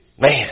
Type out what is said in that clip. Man